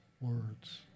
words